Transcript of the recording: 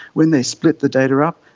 when they split the data up,